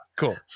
Cool